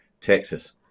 Texas